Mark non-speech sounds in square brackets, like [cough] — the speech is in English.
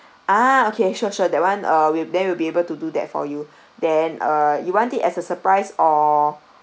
ah okay sure sure that [one] uh will they will be able to do that for you [breath] then uh you want it as a surprise or